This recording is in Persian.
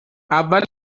اول